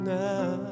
now